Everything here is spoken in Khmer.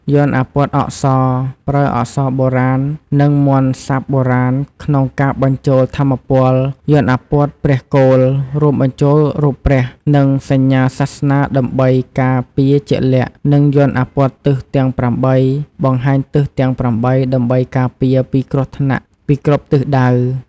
យ័ន្តអាព័ទ្ធអក្សរ ប្រើអក្សរបុរាណ និងមន្តសព្ទបុរាណក្នុងការបញ្ចូលថាមពល យ័ន្តអាព័ទ្ធព្រះគោល រួមបញ្ចូលរូបព្រះ និងសញ្ញាសាសនាដើម្បីការពារជាក់លាក់ និងយ័ន្តអាព័ទ្ធទិសទាំង ៨ បង្ហាញទិសទាំង ៨ ដើម្បីការពារ ពីគ្រោះថ្នាក់ពីគ្រប់ទិសដៅ។